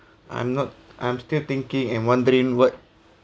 I'm not I'm still thinking and wondering what